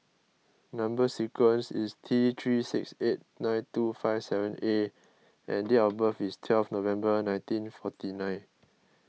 Number Sequence is T three six eight nine two five seven A and date of birth is twelve November nineteen forty nine